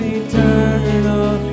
eternal